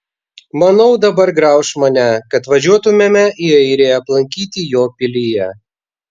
manau dabar grauš mane kad važiuotumėme į airiją aplankyti jo pilyje